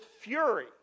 fury